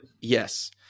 Yes